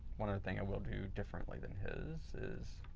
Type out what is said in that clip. one of the things i will do differently than his is